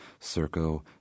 Circo